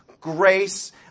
grace